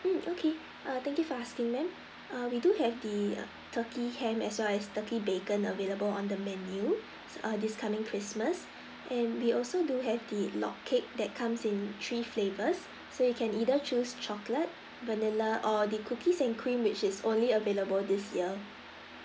mm okay err thank you for asking ma'am err we do have the turkey ham as well as turkey bacon available on the menu err this coming christmas and we also do have the log cake that comes in three flavours so you can either choose chocolate vanilla or the cookies and cream which is only available this year